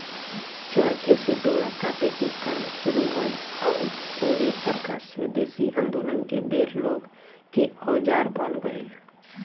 चरखे से डोरा काटे के काम शुरू भईल आउर ऊहे चरखा स्वेदेशी आन्दोलन के बेर लोग के औजार बन गईल